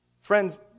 Friends